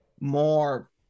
more